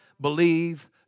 believe